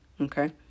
Okay